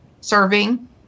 serving